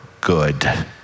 good